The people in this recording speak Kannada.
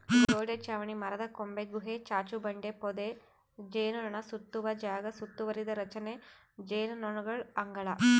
ಗೋಡೆ ಚಾವಣಿ ಮರದಕೊಂಬೆ ಗುಹೆ ಚಾಚುಬಂಡೆ ಪೊದೆ ಜೇನುನೊಣಸುತ್ತುವ ಜಾಗ ಸುತ್ತುವರಿದ ರಚನೆ ಜೇನುನೊಣಗಳ ಅಂಗಳ